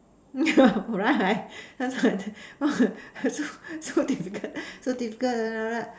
right so difficult so difficult then after that